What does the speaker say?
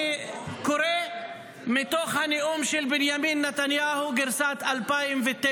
אני קורא מתוך הנאום של בנימין נתניהו גרסת 2009: